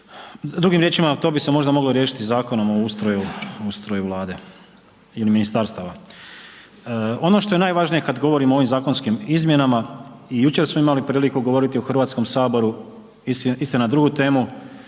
drugim riječima to bi se možda moglo riješiti Zakonom o ustroju, ustroju vlade ili ministarstva. Ono što je najvažnije kad govorimo o ovim zakonskim izmjenama i jučer smo imali priliku govoriti u Hrvatskom saboru, istina drugu temu